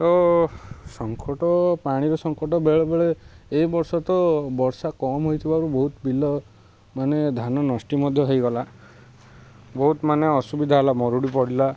ତ ସଙ୍କଟ ପାଣିର ସଙ୍କଟ ବେଳେବେଳେ ଏଇ ବର୍ଷ ତ ବର୍ଷା କମ୍ ହୋଇଥିବାରୁ ବହୁତ ବିଲ ମାନେ ଧାନ ନଷ୍ଟ ମଧ୍ୟ ହେଇଗଲା ବହୁତ ମାନେ ଅସୁବିଧା ହେଲା ମରୁଡ଼ି ପଡ଼ିଲା